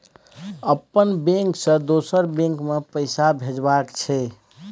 अपन बैंक से दोसर बैंक मे पैसा भेजबाक छै?